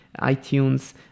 iTunes